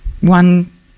one